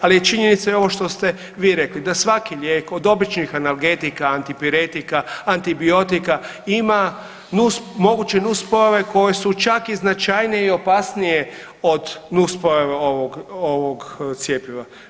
Ali je činjenica i ovo što ste vi rekli, da svaki lijek od običnih analgetika, antipiretika, antibiotika ima moguće nuspojave koje su čak i značajnije i opasnije od nuspojave ovog cjepiva.